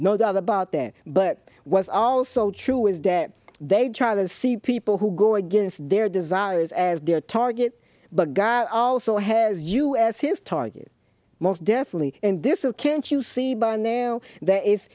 no doubt about that but it was also true is that they try to see people who go against their desires as their target but god also has us his target most definitely and this is can't you see by now that if